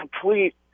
complete